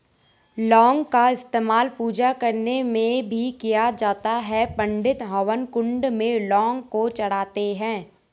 लौंग का इस्तेमाल पूजा करने में भी किया जाता है पंडित हवन कुंड में लौंग को चढ़ाते हैं